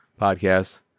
podcast